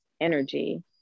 energy